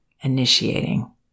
initiating